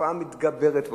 התופעה מתגברת והולכת.